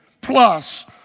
plus